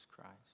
Christ